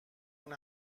اون